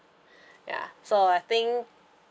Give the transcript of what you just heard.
ya so I think